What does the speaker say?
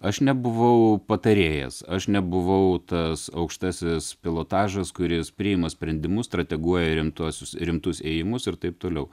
aš nebuvau patarėjas aš nebuvau tas aukštasis pilotažas kuris priima sprendimus strateguoja rimtuosius rimtus ėjimus ir taip toliau